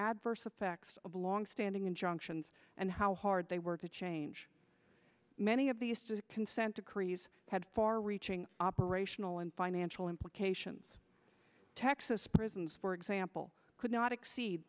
adverse effects of longstanding injunctions and how hard they were to change many of these consent decrees had far reaching operational and financial implications texas prisons for example could not exceed